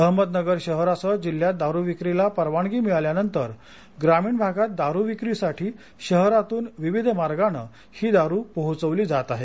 अहमदनगर शहरासह जिल्ह्यात दारू विक्रीला परवानगी मिळाल्यानंतर ग्रामीण भागात दारू विक्रीसाठी शहरातून विविध मार्गाने ही दारू पोहोचवली जात आहे